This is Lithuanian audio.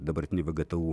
dabartinį vgtu